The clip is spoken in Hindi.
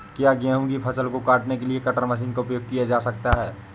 क्या गेहूँ की फसल को काटने के लिए कटर मशीन का उपयोग किया जा सकता है?